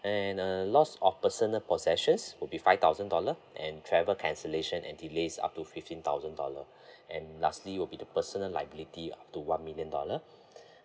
and uh loss of personal possessions would be five thousand dollar and travel cancellation and delays up to fifteen thousand dollar and lastly will be the personal liability up to one million dollar